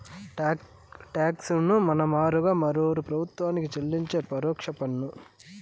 talks ను మన మారుగా మరోరూ ప్రభుత్వానికి చెల్లిస్తే పరోక్ష పన్ను